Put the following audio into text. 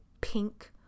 pink